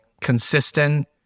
consistent